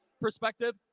perspective